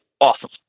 Awesome